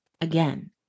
again